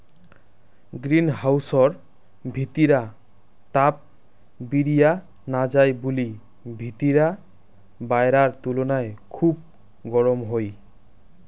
green হাউসর ভিতিরা তাপ বিরিয়া না যাই বুলি ভিতিরা বায়রার তুলুনায় খুব গরম হই